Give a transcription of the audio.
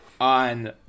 on